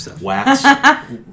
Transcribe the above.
wax